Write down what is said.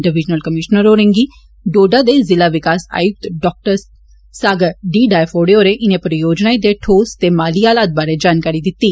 divisional commissioner होरें गी डोडा दे जिला विकास आयुक्त डाक्टर सागर डी डायफोडे होरें इनें परियोजनाएं दे ठोस ते माली हालात बारै जानकारी दिती